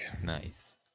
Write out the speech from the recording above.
Nice